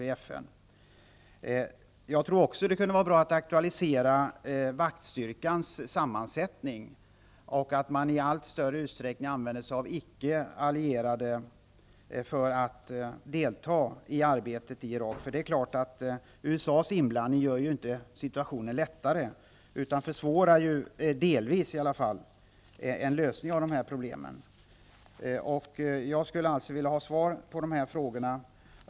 Vidare tror jag att det kunde vara bra att aktualisera vaktstyrkans sammansättning och att man i allt större utsträckning använder sig av icke allierade för att delta i arbetet i Irak. Det är klart att USA:s inblandning inte gör situationen lättare. I stället gör den, i alla fall delvis, att det blir svårare att komma fram till en lösning av de här problemen. Jag skulle alltså vilja ha svar på framställda frågor.